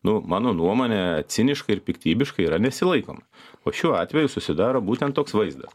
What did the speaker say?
nu mano nuomone ciniška ir piktybiškai yra nesilaikoma o šiuo atveju susidaro būtent toks vaizdas